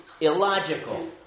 illogical